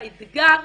באתגר,